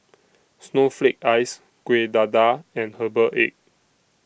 Snowflake Ice Kueh Dadar and Herbal Egg